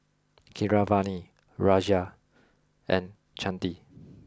Keeravani Razia and Chandi